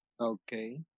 Okay